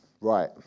Right